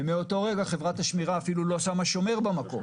ומאותו רגע חברת השמירה אפילו לא שמה שומר במקום.